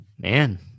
Man